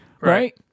Right